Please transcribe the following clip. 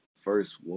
first